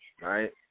right